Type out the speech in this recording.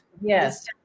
Yes